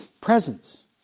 presence